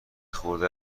خورده